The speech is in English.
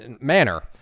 manner